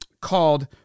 called